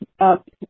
up